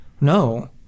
no